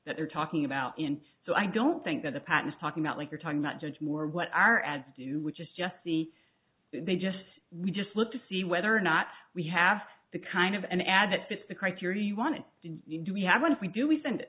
that they're talking about and so i don't think that the patents talking about like we're talking about judge more what our ads do which is just see they just we just look to see whether or not we have the kind of an ad that fits the criteria you want to do we have when we do we send